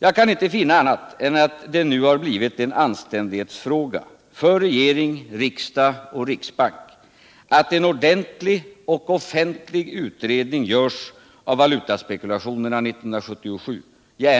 Jag kan förstå att de borgerliga partierna är motståndare till att man försöker inskränka på storkapitalets egoistiska rörelsefrihet och jagande efter profiter och att de är motståndare till att man försöker klippa de imperialistiska